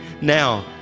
now